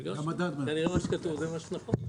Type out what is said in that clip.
זה כתוב אז כנראה שזה מה שנכון.